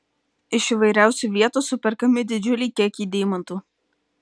iš įvairiausių vietų superkami didžiuliai kiekiai deimantų